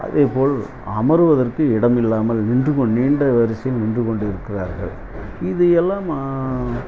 அதேபோல் அமர்வதற்கு இடம் இல்லாமல் நின்றுக்கொண்டு நீண்ட வரிசையில் நின்றுக்கொண்டு இருக்கிறார்கள் இதையெல்லாம்